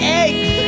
eggs